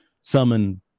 summon